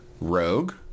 Rogue